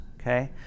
okay